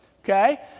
Okay